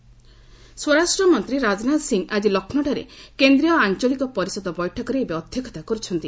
Rajnath meet ସ୍ୱରାଷ୍ଟ୍ର ମନ୍ତ୍ରୀ ରାଜନାଥ ସିଂ ଆଜି ଲକ୍ଷ୍ନୌଠାରେ କେନ୍ଦ୍ରୀୟ ଆଞ୍ଚଳିକ ପରିଷଦ ବୈଠକରେ ଏବେ ଅଧ୍ୟକ୍ଷତା କରୁଛନ୍ତି